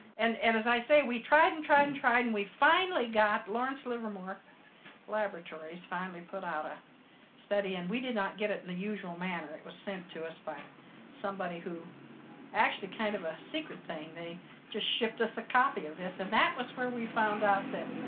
and, as i say we tried and tried and tried and we finally got lawrence livermore laboratories finally put out a study and we did not get it in the usual manner. it was sent to us by somebody, who actually, kind of a secret thing, they just shipped us a copy of this and that was where we found out that